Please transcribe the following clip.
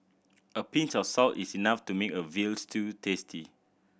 a pinch of salt is enough to make a veal stew tasty